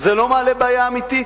זה לא מעלה בעיה אמיתית?